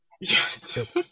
yes